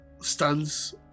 stuns